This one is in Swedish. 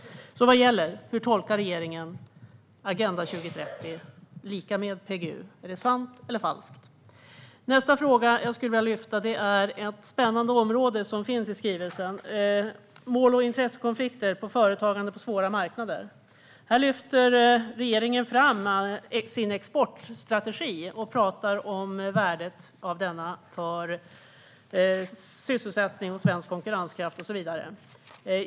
Hur tolkar regeringen Agenda 2030 - som lika med PGU? Är det sant eller falskt? Nästa fråga som jag vill ta upp rör ett spännande område i skrivelsen, nämligen mål och intressekonflikter när det gäller företagande på svåra marknader. Här lyfter regeringen fram sin exportstrategi och talar om värdet av denna för sysselsättning, svensk konkurrenskraft och så vidare.